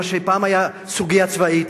מה שפעם היה סוגיה צבאית,